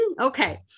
Okay